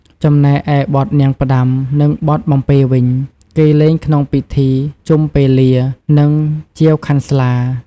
ចំណែកឯបទនាងផ្ដាំ និងបទបំពេរវិញ គេលេងក្នុងពិធីជុំពេលា និងជាវខាន់ស្លា។